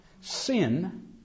sin